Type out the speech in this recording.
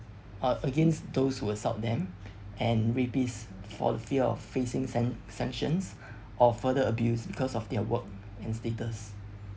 uh against those who assault them and rapists for the fear of facing san~ sanctions or further abuse because of their work and status